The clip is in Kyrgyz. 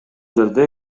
жерде